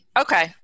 Okay